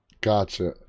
gotcha